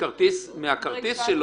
רק את מי שמקבל מאיתנו את הכסף או את השירות.